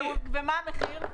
ומה המחיר?